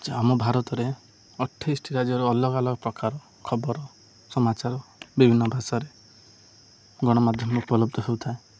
ଆମ ଭାରତରେ ଅଠେଇଟି ରାଜ୍ୟର ଅଲଗା ଅଲଗା ପ୍ରକାର ଖବର ସମାଚାର ବିଭିନ୍ନ ଭାଷାରେ ଗଣମାଧ୍ୟମ ଉପଲବ୍ଧ ହେଉଥାଏ